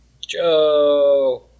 Joe